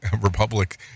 Republic